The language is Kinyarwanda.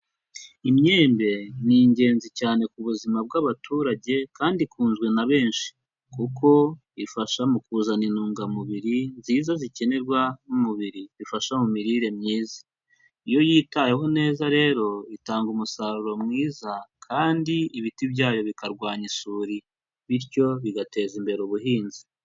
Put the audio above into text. Imyembe ni ingenzi cyane ku buzima bw'abaturage kandi ikunzwe na benshi, kuko ifasha mu kuzana intungamubiri nziza zikenerwa n'umubiri bifasha mu mirire myiza, iyo yitayeho neza rero itanga umusaruro mwiza kandi ibiti byayo bikarwanya isuri, bityo bigateza imbere ubuhinzi.